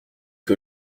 que